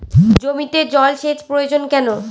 জমিতে জল সেচ প্রয়োজন কেন?